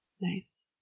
nice